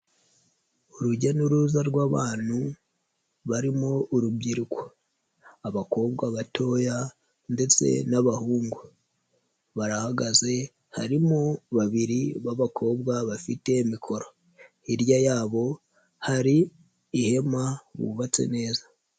Urujya n'uruza rw'abantu barimo urubyiruko, abakobwa batoya ndetse n'abahungu, barahagaze harimo babiri b'abakobwa bafite mikoro, hirya yabo hari ihema bubatse neza.